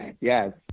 Yes